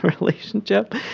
Relationship